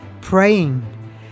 praying